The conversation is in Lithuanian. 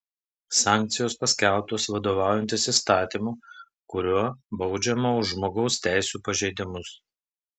sankcijos paskelbtos vadovaujantis įstatymu kuriuo baudžiama už žmogaus teisių pažeidimus